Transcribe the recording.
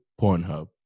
Pornhub